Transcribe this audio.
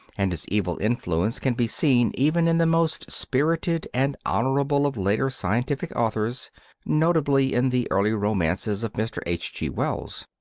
and his evil influence can be seen even in the most spirited and honourable of later scientific authors notably in the early romances of mr. h g wells.